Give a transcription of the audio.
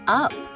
up